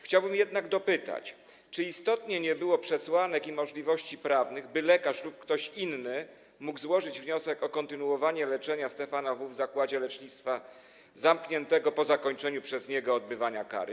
Chciałbym jednak dopytać, czy istotnie nie było przesłanek i możliwości prawnych, by lekarz lub ktoś inny mógł złożyć wniosek o kontynuowanie leczenia Stefana W. w zakładzie lecznictwa zamkniętego po zakończeniu przez niego odbywania kary.